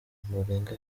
ombolenga